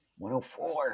104